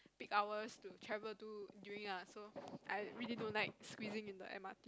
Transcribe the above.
peak hours to travel to during ah so I really don't like squeezing into M_R_T